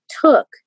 took